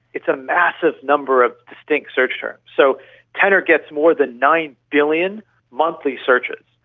it's a massive number of distinct search terms. so tenor gets more than nine billion monthly searches.